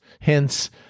Hence